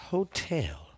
Hotel